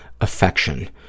affection